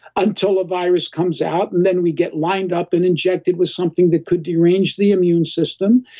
until a virus comes out, and then we get lined up and injected with something that could derange the immune system.